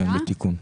בתיקון.